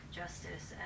justice